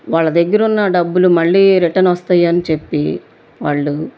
వాళ్ళ దగ్గరున్న డబ్బులు మళ్ళీ రిటర్న్ వస్తాయని చెప్పి వాళ్ళు